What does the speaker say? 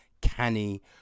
Canny